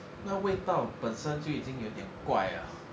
那味道本身就已经有点怪 ah